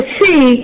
see